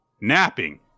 napping